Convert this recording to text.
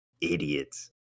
idiots